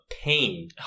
pain